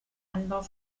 anbau